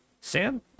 Sam